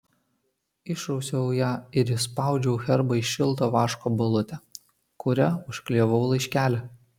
išrausiau ją ir įspaudžiau herbą į šilto vaško balutę kuria užklijavau laiškelį